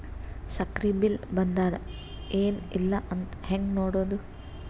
ಸಕ್ರಿ ಬಿಲ್ ಬಂದಾದ ಏನ್ ಇಲ್ಲ ಅಂತ ಹೆಂಗ್ ನೋಡುದು?